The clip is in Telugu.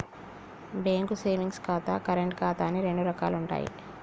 బ్యేంకు సేవింగ్స్ ఖాతా, కరెంటు ఖాతా అని రెండు రకాలుంటయ్యి